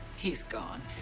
he's gone.